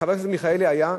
חבר הכנסת מיכאלי היה.